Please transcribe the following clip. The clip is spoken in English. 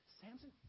Samson